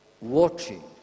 watching